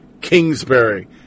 Kingsbury